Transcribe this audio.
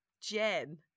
jen